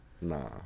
Nah